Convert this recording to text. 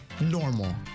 normal